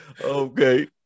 Okay